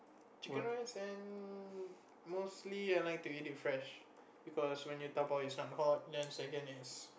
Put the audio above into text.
chicken rice and mostly I like to eat it fresh because when you double it's not hot then second is